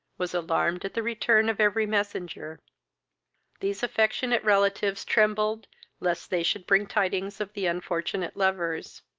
was alarmed at the return of every messenger these affectionate relatives trembled lest they should bring tidings of the unfortunate lovers.